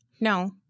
No